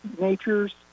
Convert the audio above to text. nature's